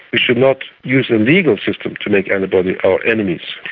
we should not use a legal system to make anybody our enemies.